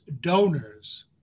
donors